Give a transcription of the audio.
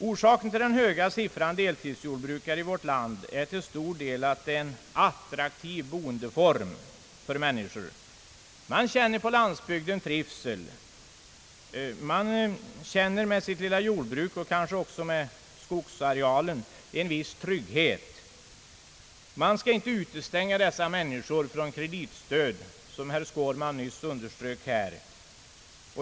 Orsaken till den höga siffran deltidsjordbrukare i vårt land är till stor del att det är en attraktiv boendeform för människor. Man känner på landsbygden trivsel, man känner med sitt lilla jordbruk — och kanske också med sin skog — en viss trygghet. Man skall som herr Skårman nyss underströk inte utestänga dessa människor från kreditstöd.